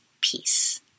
peace